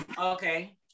Okay